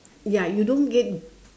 ya you don't get